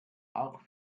auch